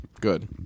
Good